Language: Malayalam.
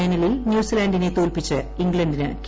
ഫൈനലിൽ ന്യൂസിലാന്റിനെ തോൽപ്പിച്ച് ഇംഗ്ലണ്ടിന് കിരീടം